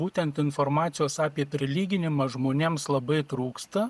būtent informacijos apie prilyginimą žmonėms labai trūksta